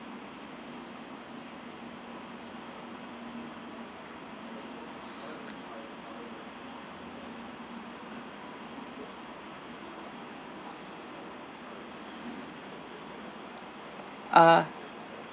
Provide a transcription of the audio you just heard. uh